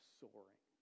soaring